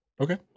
Okay